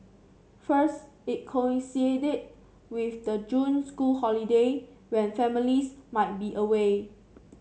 first it coincided with the June school holiday when families might be away